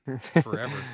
forever